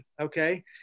okay